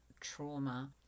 trauma